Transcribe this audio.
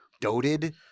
doted